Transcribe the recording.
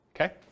okay